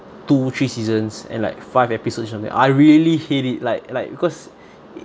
two three seasons and like five episodes only I really hate it like like because